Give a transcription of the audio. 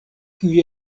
kiuj